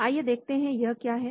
आइए देखते हैं यह क्या है